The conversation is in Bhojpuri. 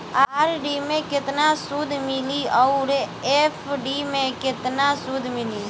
आर.डी मे केतना सूद मिली आउर एफ.डी मे केतना सूद मिली?